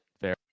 Fair